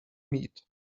meat